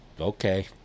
okay